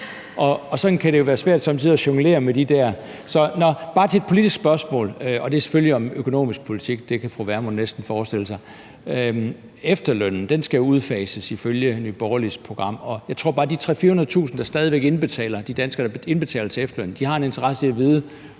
Og sådan kan det jo være svært somme tider at jonglere med de der ord. Nå, nu til et politisk spørgsmål, og det er selvfølgelig om økonomisk politik, som fru Pernille Vermund næsten kan forestille sig. Efterlønnen skal udfases ifølge Nye Borgerliges program, og jeg tror bare, at de 300.000-400.000 danskere, der er stadig væk indbetaler til efterlønsordningen, har en interesse i at vide,